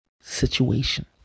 situation